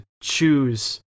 choose